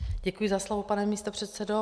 Děkuji za slovo, pane místopředsedo.